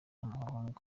abahungu